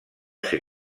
ser